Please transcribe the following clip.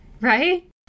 Right